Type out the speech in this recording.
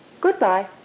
Goodbye